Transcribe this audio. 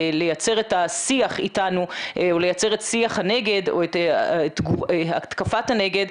לייצר את השיח איתנו או לייצר את התקפת הנגד,